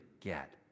get